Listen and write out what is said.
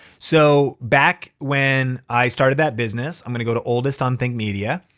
so back when i started that business, i'm gonna go to oldest on think media.